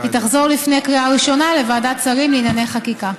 היא תחזור לפני קריאה ראשונה לוועדת השרים לענייני חקיקה.